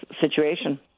situation